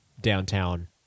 Downtown